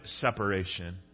separation